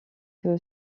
que